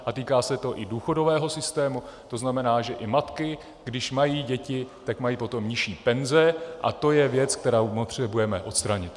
A týká se to i důchodového systému, to znamená, že i matky, když mají děti, tak mají potom nižší penze, a to je věc, kterou potřebujeme odstranit.